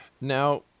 Now